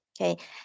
okay